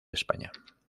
españa